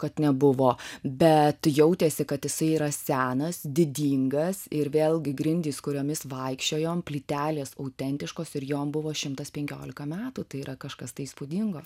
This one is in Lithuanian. kad nebuvo bet jautėsi kad jisai yra senas didingas ir vėlgi grindys kuriomis vaikščiojom plytelės autentiškos ir jom buvo šimtas penkiolika metų tai yra kažkas tai įspūdingo